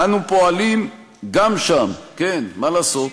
"אנו פועלים גם שם" כן, מה לעשות,